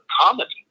comedy